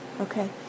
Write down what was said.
okay